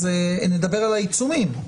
נדבר על העיצומים,